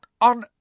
on